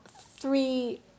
three